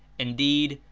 indeed,